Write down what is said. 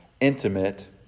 intimate